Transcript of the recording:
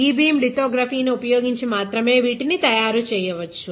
ఇ beam లితోగ్రఫీని ఉపయోగించి మాత్రమే వీటిని తయారు చేయవచ్చు